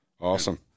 Awesome